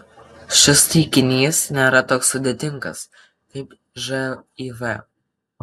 šis taikinys nėra toks sudėtingas kaip živ